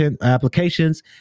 applications